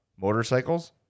motorcycles